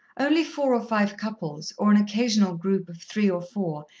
only four or five couples, or an occasional group of three or four,